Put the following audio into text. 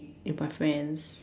with my friends